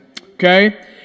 Okay